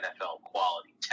NFL-quality